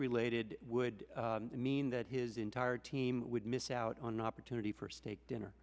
related would mean that his entire team would miss out on an opportunity for steak dinner